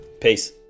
peace